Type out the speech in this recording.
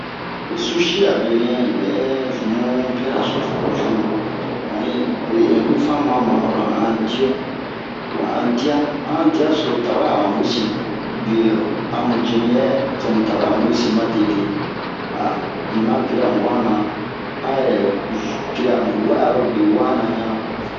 ho susi a benɛ un bɛ zumu berasosi curulu un onni be onni fanmuwa ma oro han a diyo han diya a han diya so tawɛ a han wesin biye a mu cenu yɛ tomu tawe a mu we sin matete inma piri'a mu wana an yɛrɛ zu- piri'a mu wa'arobe wana ɲan